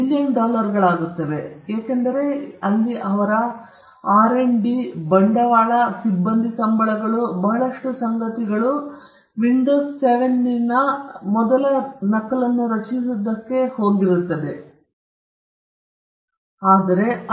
ಇದು ಕೆಲವು ಮಿಲಿಯನ್ ಡಾಲರ್ಗಳಾಗಿರುತ್ತದೆ ಏಕೆಂದರೆ ಅವರ ಆರ್ ಡಿ ಅವರ ಬಂಡವಾಳ ಸಿಬ್ಬಂದಿ ಸಂಬಳಗಳು ಬಹಳಷ್ಟು ಸಂಗತಿಗಳು ವಿಂಡೋಸ್ 7 ನ ಮೊದಲ ನಕಲನ್ನು ರಚಿಸುವುದಕ್ಕೆ ಹೋಗುತ್ತಿರುತ್ತಿವೆ